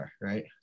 right